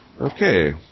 Okay